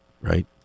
right